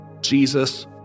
Jesus